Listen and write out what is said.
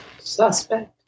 Suspect